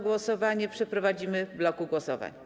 Głosowanie przeprowadzimy w bloku głosowań.